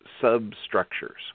substructures